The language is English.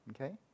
okay